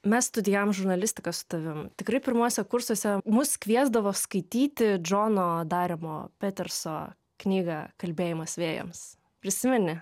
mes studijavom žurnalistiką su tavimi tikrai pirmuose kursuose mus kviesdavo skaityti džono daremo petersono knygą kalbėjimas vėjams prisimeni